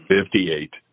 Fifty-eight